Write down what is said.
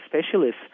specialists